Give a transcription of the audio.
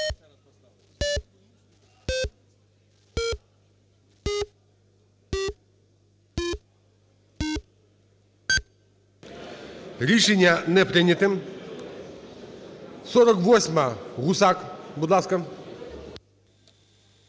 Рішення не прийнято. 48-а, Гусак. Будь ласка.